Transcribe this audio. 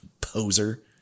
poser